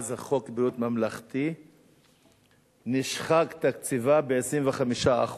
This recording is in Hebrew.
מאז חוק ביטוח בריאות ממלכתי נשחק תקציבה ב-25%.